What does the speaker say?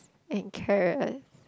and carrot